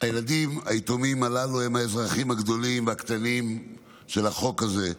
הילדים היתומים הללו הם האזרחים הגדולים והקטנים של החוק הזה.